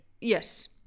Yes